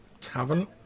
tavern